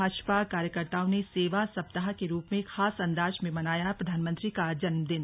भाजपा कार्यकर्ताओं ने सेवा सप्ताह के रूप में खास अंदाज में मनाया प्रधानमंत्री का जन्मदिन